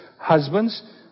Husbands